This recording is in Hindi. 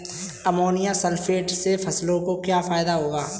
अमोनियम सल्फेट से फसलों को क्या फायदा होगा?